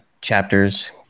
chapters